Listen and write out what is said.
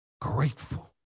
grateful